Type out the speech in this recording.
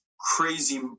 crazy